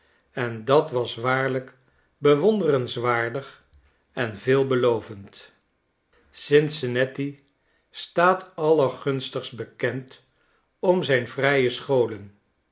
en dat was waarlijk bewonderenswaardig en veelbelovend cincinnati staat allergunstigst bekend om zijn vrije scholen